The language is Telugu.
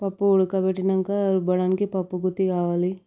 పప్పు ఉడకబట్టాక రుబ్బడానికి పప్పుగుత్తి కావాలి